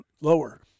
lower